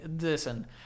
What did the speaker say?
Listen